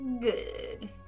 good